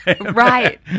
Right